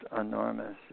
enormous